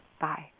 Bye